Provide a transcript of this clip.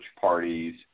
parties